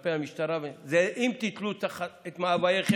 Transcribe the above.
כלפי המשטרה, אם תיתלו את מאווייכם